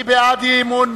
מי בעד האי-אמון?